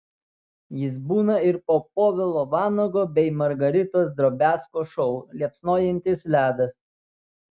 jis būna ir po povilo vanago bei margaritos drobiazko šou liepsnojantis ledas